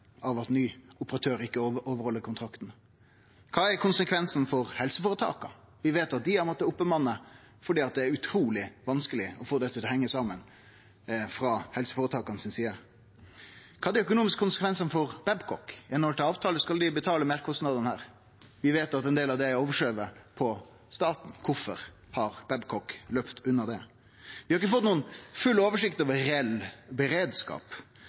av at ny operatør ikkje overheld kontrakten? Kva er konsekvensane for helseføretaka? Vi veit at dei har måtta bemanne opp fordi det er utruleg vanskeleg å få dette til å hengje saman frå helseføretaka si side. Kva er dei økonomiske konsekvensane for Babcock? I samsvar med avtale skal dei betale meirkostnadene her. Vi veit at ein del av det er skyvd over på staten. Kvifor har Babcock sloppe unna det? Vi har ikkje fått full oversikt over reell beredskap